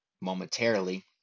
momentarily